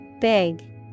Big